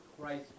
Christ